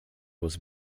was